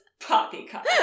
poppycock